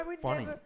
funny